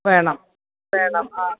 വേണം വേണം ആ